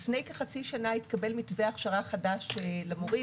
לפני כחצי שנה התקבל מתווה חדש למורים,